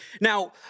Now